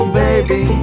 baby